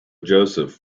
joseph